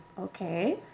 okay